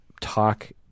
talk